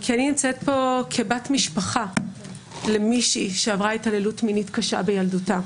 כי אני נמצאת פה כבת משפחה למישהי שעברה את התעללות מינית קשה בילדותה.